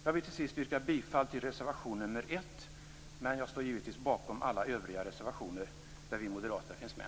Jag vill till sist yrka bifall till reservation nr 1, men jag står givetvis bakom alla övriga reservationer där vi moderater finns med.